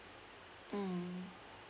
mm